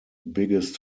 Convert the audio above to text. biggest